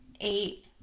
eight